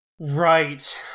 Right